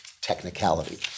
technicality